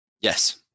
Yes